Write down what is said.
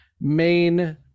main